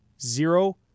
Zero